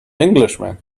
englishman